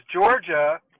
Georgia